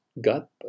gut